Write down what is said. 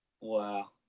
Wow